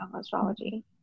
astrology